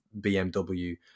BMW